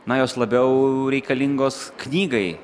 na jos labiau reikalingos knygai